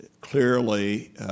clearly